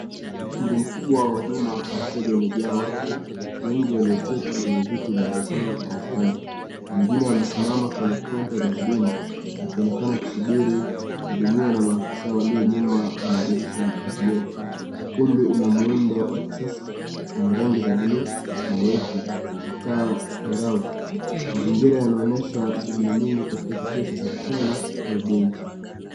Ukumbi mkubwa wa uhuduma kwa wateja umejaa watu wengi walioketi kwenye viti vilivyopangwa kwa mistari, wengine wamesimama kwenye kaunta za huduma wakionekana kusubiri kuhudumiwa na maafisa walio nyuma ya madirisha ya vioo. Ukumbi una muundo wa kisasa wenye rangi za blue na nyeupe na taa angavu. Mazingira yanaonyesha shughuli nyingi katika kituo cha serikali au benki.